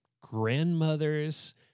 grandmother's